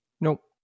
Nope